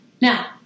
Now